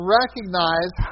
recognize